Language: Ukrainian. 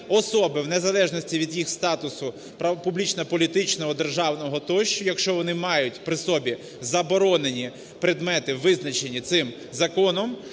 особи, в незалежності від їх статусу публічно-політичного, державного тощо, якщо вони мають при собі заборонені предмети, визначені цим законом,